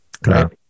Claro